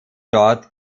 dort